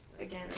again